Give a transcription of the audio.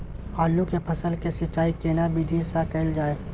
आलू के फसल के सिंचाई केना विधी स कैल जाए?